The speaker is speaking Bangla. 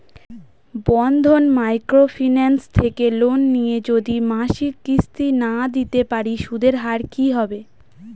বন্ধন মাইক্রো ফিন্যান্স থেকে লোন নিয়ে যদি মাসিক কিস্তি না দিতে পারি সুদের হার কি হবে?